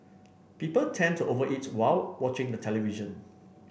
people tend to over eat while watching the television